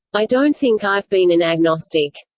i don't think i've been an agnostic.